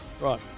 Right